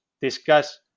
discuss